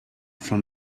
from